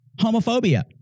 homophobia